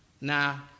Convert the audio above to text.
now